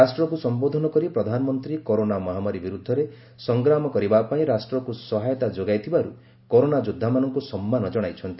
ରାଷ୍ଟ୍ରକୁ ସମ୍ଘୋଧନ କରି ପ୍ରଧାନମନ୍ତ୍ରୀ କରୋନା ମହାମାରୀ ବିରୁଦ୍ଧରେ ସଂଗ୍ରାମ କରିବା ପାଇଁ ରାଷ୍ଟ୍ରକୁ ସହାୟତା ଯୋଗାଇ ଥିବାରୁ କରୋନା ଯୋଦ୍ଧାମାନଙ୍କୁ ସମ୍ମାନ ଜଣାଇଛନ୍ତି